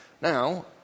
Now